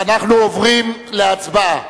אנחנו עוברים להצבעה,